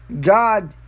God